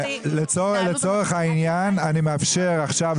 לצורך העניין אני מאפשר עכשיו,